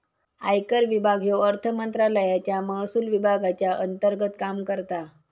आयकर विभाग ह्यो अर्थमंत्रालयाच्या महसुल विभागाच्या अंतर्गत काम करता